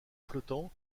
flottant